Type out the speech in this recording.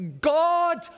God